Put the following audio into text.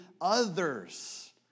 others